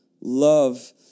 love